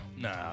Nah